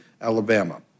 Alabama